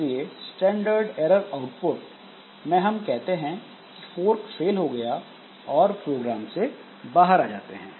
इसलिए standard error output में हम कहते हैं कि फोर्क फेल हो गया और प्रोग्राम से बाहर जाते हैं